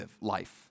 life